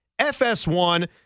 FS1